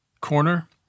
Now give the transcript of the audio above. corner